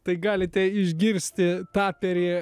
tai galite išgirsti taperį